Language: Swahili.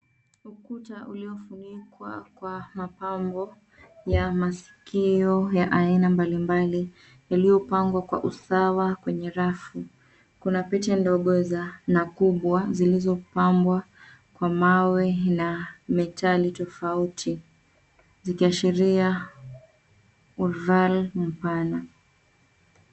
Ukuta uliofunikwa kwa mapambo ya masikio ya aina mbalimbali yaliyopangwa kwa usawa kwenye rafu. Kuna pete ndogo za na kubwa zilizopambwa kwa mawe na metali tofauti zikiashiria urval mpana.